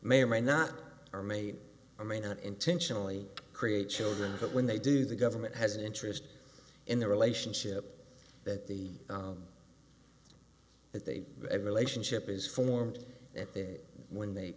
may or may not are made or may not intentionally create children but when they do the government has an interest in the relationship that the if they ever relationship is formed and when they